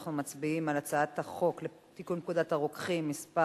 אנחנו מצביעים על הצעת חוק לתיקון פקודת הרוקחים (מס'